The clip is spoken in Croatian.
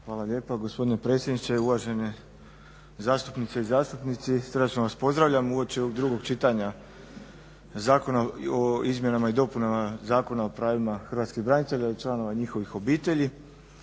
Hvala lijepa gospodine predsjedniče. Uvažene zastupnice i zastupnici srdačno vas pozdravljam uoči ovog čitanja Zakona o izmjenama i dopunama Zakona o pravima hrvatskih branitelja i članova njihovih obitelji.